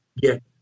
get